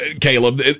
Caleb